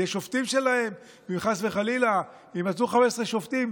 אלה שופטים שלהם, ואם חס וחלילה יימצאו 15 שופטים